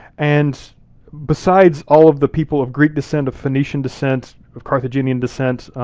and besides all of the people of greek descent, of phoenician descent, of carthaginian descent,